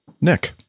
Nick